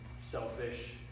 selfish